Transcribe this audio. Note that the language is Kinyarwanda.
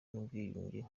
n’ubwiyunge